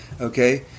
okay